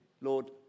Lord